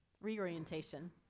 reorientation